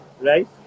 Right